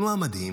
מה מדהים?